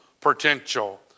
potential